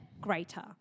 greater